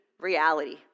reality